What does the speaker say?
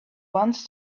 wants